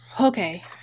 Okay